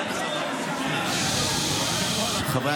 חבריי